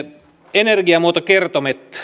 energiamuotokertoimet